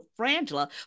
FRANGELA